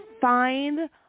find